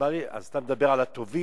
אז אתה מדבר על הטובים?